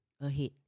ahead